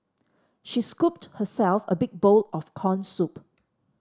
she scooped herself a big bowl of corn soup